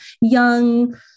young